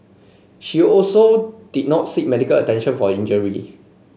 she also did not seek medical attention for injury